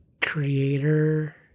creator